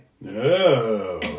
No